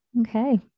Okay